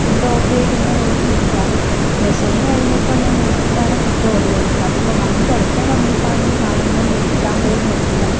food order ചെയ്ത് ഇങ്ങനെ നോക്കിയിരിക്ക്യാ വിശന്നു കഴിഞ്ഞപ്പം ഞാൻ നോക്കീട്ടാണ് ഞാൻ ഫുഡ് ഓർഡറ് ചെയ്തത് അതിപ്പം വന്ന് കഴിക്കാൻ തുടങ്ങിയപ്പോൾ ആണെങ്കിൽ മണം കൊണ്ട് എടുക്കാൻ പോലും പറ്റില്ല